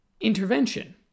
intervention